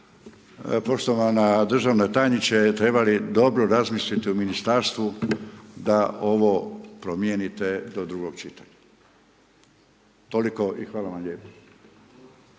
poštovana državna tajnice trebali dobro razmisliti o ministarstvu da ovo promijenite do drugog čitanja. Toliko i hvala vam lijepa.